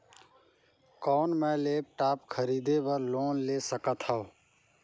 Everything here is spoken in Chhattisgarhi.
कौन मैं लेपटॉप खरीदे बर लोन ले सकथव?